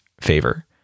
favor